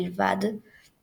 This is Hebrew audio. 48 נבחרות 16